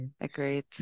Agreed